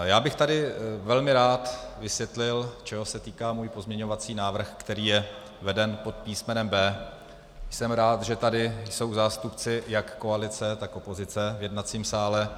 Já bych tady velmi rád vysvětlil, čeho se týká můj pozměňovací návrh, který je veden pod písmenem B. Jsem rád, že tady jsou zástupci jak koalice, tak opozice v jednacím sále.